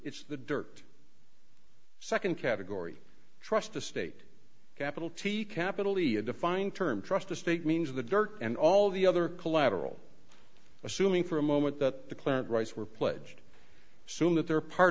it's the dirt second category trust the state capital t capital e a defined term trust estate means the dirt and all the other collateral assuming for a moment that the claimant rights were pledged soon that they're part